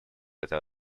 это